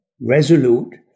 resolute